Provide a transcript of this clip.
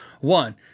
One